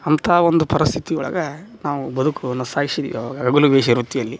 ಅಂತ ಒಂದು ಪರಸ್ಥಿತಿ ಒಳಗ ನಾವು ಬದುಕುವನ್ನು ಸಾಗ್ಸಿದಿವೊ ಆವಾಗ ಹಗಲುವೇಷ ವೃತ್ತಿಯಲ್ಲಿ